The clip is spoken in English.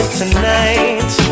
tonight